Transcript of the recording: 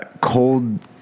cold